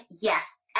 Yes